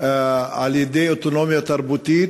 על-ידי אוטונומיה תרבותית,